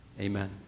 Amen